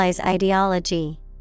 ideology